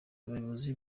abayobozi